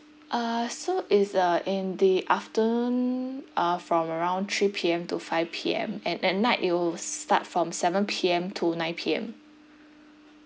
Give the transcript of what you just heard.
uh so it's uh in the afternoon uh from around three P_M to five P_M and at night it'll start from seven P_M to nine P_M